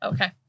Okay